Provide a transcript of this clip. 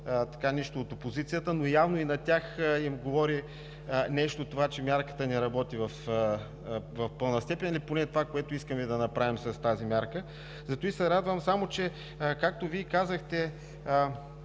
нищо от опозицията, но явно и на тях им говори нещо това, че мярката не работи в пълна степен, или поне това, което искаме да направим с тази мярка. Затова се радвам. Както Вие казахте,